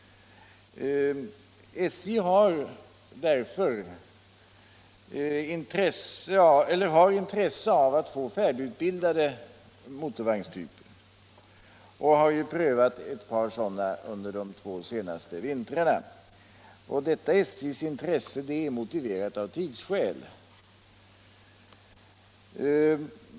SJ har intresse av att få färdigutvecklade motorvagnstyper och har prövat ett par sådana under de två senaste vintrarna. Detta SJ:s intresse är motiverat av tidsskäl.